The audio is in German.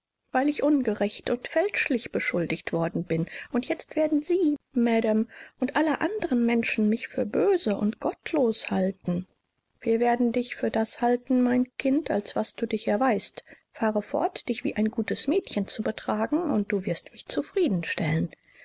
weil ich ungerecht und fälschlich beschuldigt worden bin und jetzt werden sie madame und alle anderen menschen mich für böse und gottlos halten wir werden dich für das halten mein kind als was du dich erweis't fahre fort dich wie ein gutes mädchen zu betragen und du wirst mich zufrieden